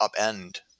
upend